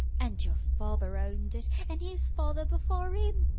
and your father owned it, and his father before im.